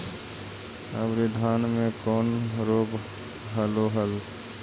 अबरि धाना मे कौन रोग हलो हल?